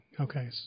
okay